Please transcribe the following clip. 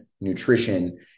nutrition